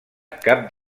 cap